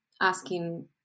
asking